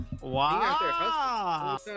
Wow